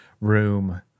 room